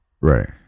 Right